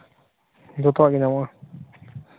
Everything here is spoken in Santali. ᱡᱚᱛᱚᱣᱟᱜ ᱜᱮ ᱧᱟᱢᱚᱜᱼᱟ